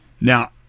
Now